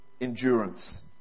endurance